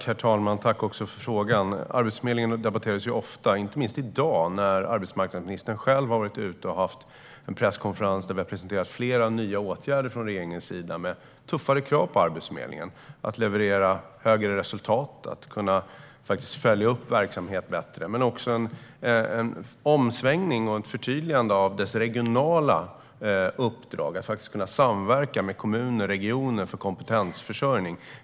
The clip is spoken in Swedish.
Herr talman! Arbetsförmedlingen debatteras ju ofta - inte minst i dag, då arbetsmarknadsministern själv har hållit en presskonferens där flera nya åtgärder från regeringens sida har presenterats. Dessa åtgärder innebär tuffare krav på Arbetsförmedlingen att leverera bättre resultat och på att kunna följa upp verksamhet bättre. Åtgärderna innebär också en omsvängning och ett förtydligande av Arbetsförmedlingens regionala uppdrag - att kunna samverka med kommuner och regioner för kompetensförsörjning.